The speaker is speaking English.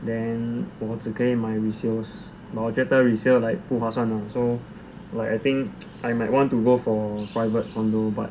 then 我只可以买 resales but 我觉得 resales like 不划算 lah so like I think I might want to go for private condo but